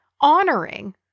honoring